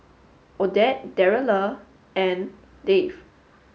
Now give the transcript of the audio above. Odette Darryle and Dave